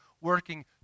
working